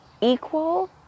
equal